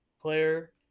player